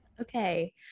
Okay